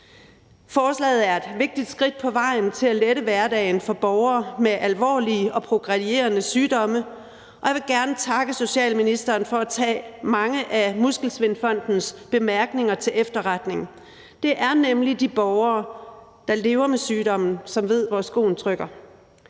Forslaget er et vigtigt skridt på vejen til at lette hverdagen for borgere med alvorlige og progredierende sygdomme, og jeg vil gerne takke socialministeren for at tage mange af Muskelsvindfondens bemærkninger til efterretning. Det er nemlig de borgere, der lever med sygdommen, som ved, hvor skoen trykker.